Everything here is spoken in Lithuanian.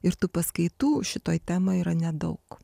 ir tų paskaitų šitoj temoj yra nedaug